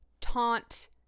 taunt